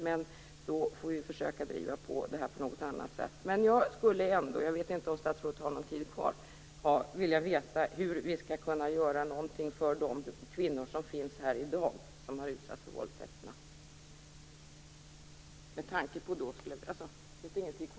Därför får vi väl försöka driva det här på något annat sätt. Jag skulle ändå - jag vet inte om statsrådet har någon talartid kvar - vilja veta hur vi skall kunna göra någonting för de kvinnor som finns här i dag och som har utsatts för våldtäkterna.